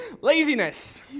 Laziness